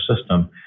system